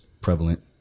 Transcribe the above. prevalent